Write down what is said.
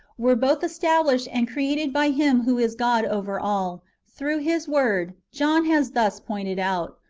were both established and created by him who is god over all, through his word, john has thus pointed out.